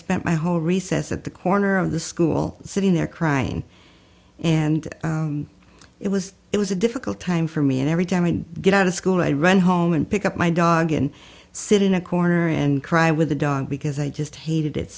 spent my whole recess at the corner of the school sitting there crying and it was it was a difficult time for me and every time i get out of school i run home and pick up my dog and sit in a corner and cry with the dog because i just hated it